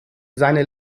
seine